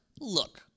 look